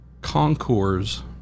concours